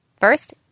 First